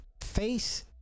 face